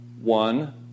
One